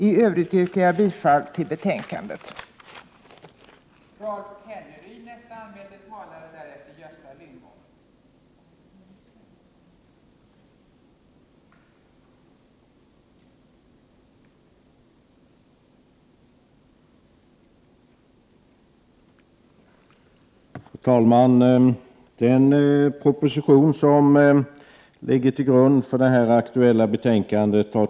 I övrigt yrkar jag bifall till utskottets hemställan.